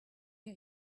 you